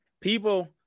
people